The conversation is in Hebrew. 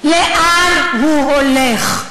לאן הם הולכים.